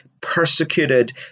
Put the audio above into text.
persecuted